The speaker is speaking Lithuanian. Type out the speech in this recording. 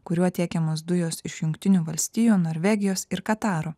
kuriuo tiekiamos dujos iš jungtinių valstijų norvegijos ir kataro